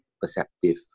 perceptive